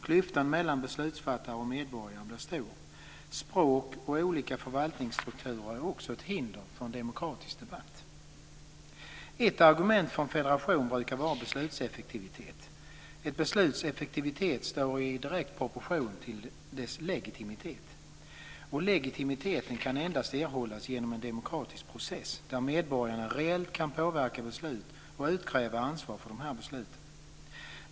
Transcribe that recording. Klyftan mellan beslutsfattare och medborgare blir stor. Språk och olika förvaltningsstrukturer är också hinder för en demokratisk debatt. Ett argument för federation brukar vara beslutseffektivitet. Ett besluts effektivitet står i direkt proportion till dess legitimitet. Legitimitet kan endast erhållas genom en demokratisk process där medborgarna reellt kan påverka beslut och utkräva ansvar för dessa beslut.